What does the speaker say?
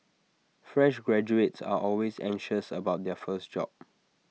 fresh graduates are always anxious about their first job